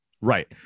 Right